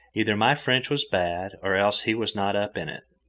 either my french was bad, or else he was not up in it.